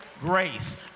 grace